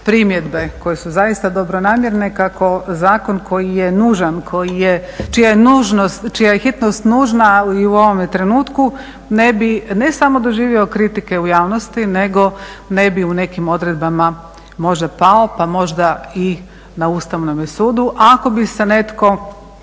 primjedbe koje su zaista dobronamjerne kako zakon koji je nužan čija je hitnost nužna i u ovome trenutku ne bi ne samo doživio kritike u javnosti nego ne bi u nekim odredbama možda pao pa možda i na Ustavnome sudu ako bi se netko